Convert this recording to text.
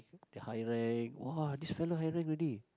they high rank !wah! this fella high rank already